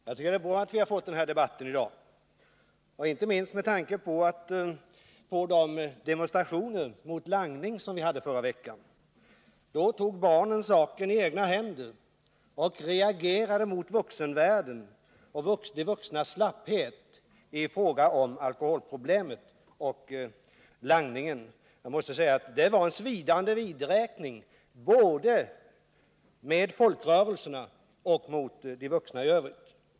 Herr talman! Jag tycker det är bra att vi har fått den här debatten i dag, inte minst med tanke på de demonstrationer mot langning som förekom förra veckan. Då tog barnen saken i egna händer och reagerade mot vuxenvärlden, de vuxnas slapphet i fråga om alkoholproblemen och langningen. Det var en svidande vidräkning med både folkrörelserna och de vuxna i övrigt.